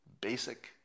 basic